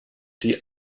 die